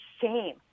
shame